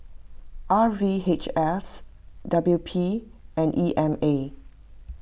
R V H S W P and E M A